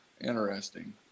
Interesting